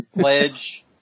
Pledge